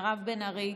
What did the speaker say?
מירב בן ארי,